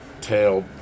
Tail